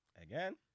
Again